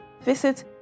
visit